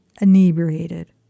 inebriated